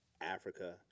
Africa